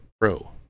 pro